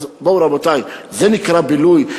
רבותי, זה נקרא בילוי?